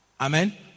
Amen